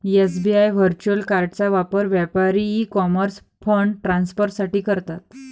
SBI virtual कार्डचा वापर व्यापारी ई कॉमर्स फंड ट्रान्सफर साठी करतात